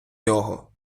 нього